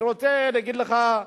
אני רוצה להגיד לך,